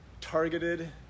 targeted